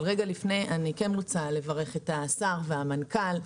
אבל רגע לפני אני כן רוצה לברך את השר והמנכ"ל.